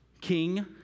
king